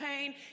pain